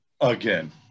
Again